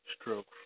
stroke